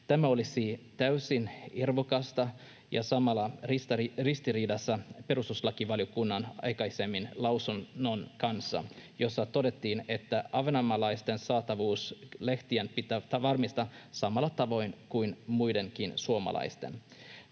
Tämä olisi täysin irvokasta ja samalla ristiriidassa perustuslakivaliokunnan aikaisemman lausunnon kanssa, jossa todettiin, että ahvenanmaalaisten kohdalla lehtien saatavuus pitää varmistaa samalla tavoin kuin muidenkin suomalaisten